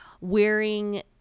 Wearing